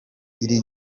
iri